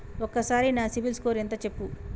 ఒక్కసారి నా CIBIL score ఎంత చెప్పు?